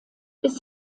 bis